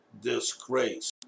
disgrace